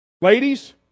Ladies